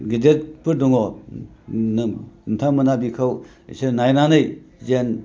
गिदोरफोर दङ नोंथांमोना बेखौ एसे नायनानै जेन